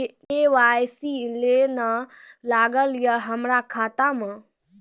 KYC ने न लागल या हमरा खाता मैं?